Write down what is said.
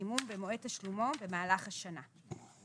החימום במועד תשלומו במהלך השנה." (ג)